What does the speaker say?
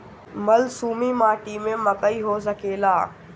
बलसूमी माटी में मकई हो सकेला?